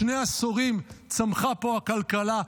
שני עשורים צמחה פה הכלכלה,